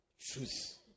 Truth